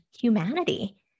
humanity